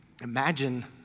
Imagine